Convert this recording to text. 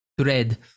tread